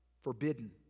forbidden